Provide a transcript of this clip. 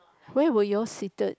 where were you all seated